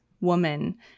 woman